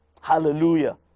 hallelujah